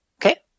Okay